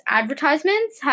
advertisements